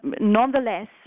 Nonetheless